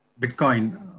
Bitcoin